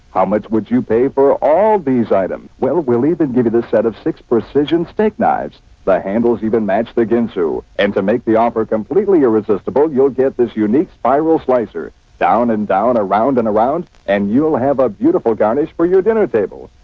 how much would you pay for all these items. well we leave and give you this set of six precision steak knives that handles even match the ginsu and to make the offer completely irresistible. you'll get this unique spiral slicer down and down around and around and you will have a beautiful garnish for your dinner table.